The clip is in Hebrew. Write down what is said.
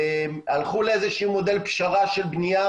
הלכו לאיזשהו מודל פשרה של בנייה